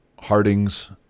Harding's